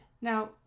now